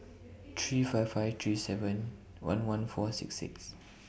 three five five three seven one one four six six